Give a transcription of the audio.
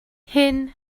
hyn